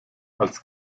als